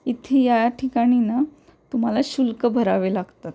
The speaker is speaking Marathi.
इथे या ठिकाणी ना तुम्हाला शुल्क भरावे लागतात